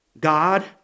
God